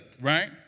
right